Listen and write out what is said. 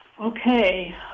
Okay